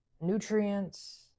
nutrients